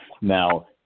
Now